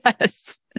Yes